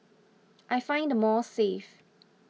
I find the malls safe